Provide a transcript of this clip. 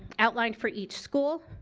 outlined for each school,